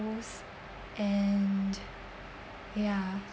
and ya